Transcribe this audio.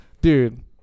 dude